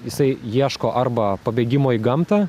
jisai ieško arba pabėgimo į gamtą